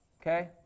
Okay